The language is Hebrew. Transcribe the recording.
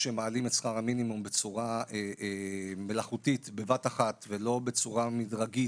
כשמעלים את שכר המינימום בצורה מלאכותית בבת אחת ולא בצורה מדרגית,